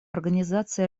организации